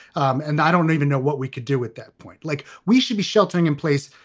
um and i don't even know what we could do with that point. like we should be sheltering in place,